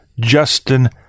Justin